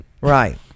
Right